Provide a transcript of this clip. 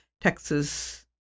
Texas